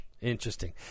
Interesting